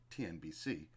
TNBC